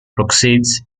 proceeds